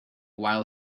while